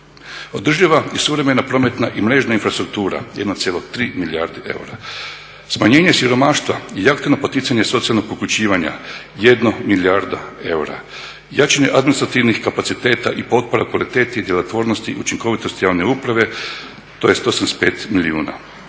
Održiva i suvremena prometna i mrežna infrastruktura 1,3 milijarde eura, smanjenje siromaštva i aktivno poticanje socijalnog uključivanja 1 milijarda eura, jačanje administrativnih kapaciteta i potpora kvaliteti i djelotvornosti, učinkovitosti javne uprava … milijuna.